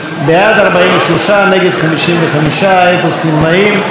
בעד, 43, נגד, 55, אפס נמנעים.